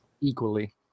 equally